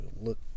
look